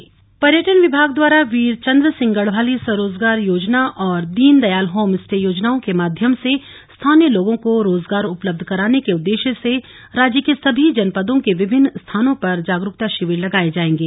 जागरूकता शिविर पर्यटन विभाग द्वारा वीर चंद्र सिंह गढ़वाली स्वरोजगार योजना और दीनदयाल होमस्टे योजनाओं के माध्यम से स्थानीय लोगों को रोजगार उपलब्ध कराने के उद्देश्य से राज्य के सभी जनपदों के विभिन्न स्थानों पर जागरूकता शिविर लगाए जाएंगे